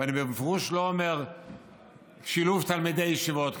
ואני בפירוש לא אומר שילוב תלמידי ישיבות,